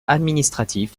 administratif